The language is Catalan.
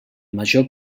major